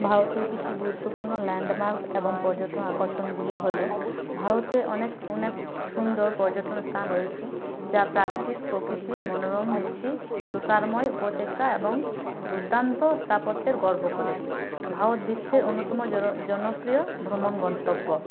ভারতের কিছু গুরুত্বপূর্ণ ল্যান্ডমার্ক এবং পর্যটন আকর্ষণগুলি হলো ভারতে অনেক অনেক সুন্দর পর্যটন স্থান রয়েছে যা প্রাকৃতিক প্রকৃতির মনোরম মিষ্টি তুষারময় উপত্যকা এবং দুর্দান্ত স্থাপত্যের গর্ব করে ভারত বিশ্বের অন্যতম জনপ্রিয় ভ্রমণ গন্তব্য